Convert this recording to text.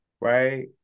right